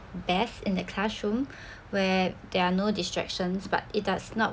best in the classroom where there are no distractions but it does not